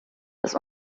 das